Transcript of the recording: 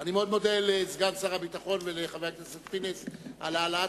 אני מאוד מודה לסגן שר הביטחון ולחבר הכנסת פינס על העלאת